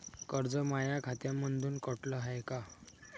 कर्ज माया खात्यामंधून कटलं हाय का?